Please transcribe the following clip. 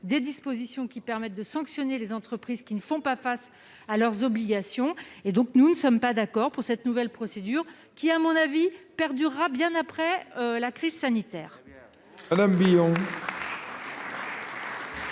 des dispositions permettant de sanctionner les entreprises qui ne font pas face à leurs obligations, et nous ne sommes pas d'accord avec cette nouvelle procédure, qui, à mon avis, perdurera bien après la crise sanitaire